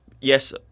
Yes